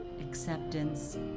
acceptance